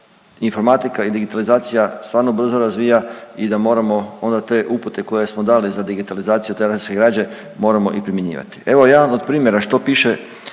informatika i digitalizacija stvarno brzo razvija i da moramo onda te upute koje smo dali za digitalizaciju te arhivske građe moramo i primjenjivati. Evo jedan od primjera što piše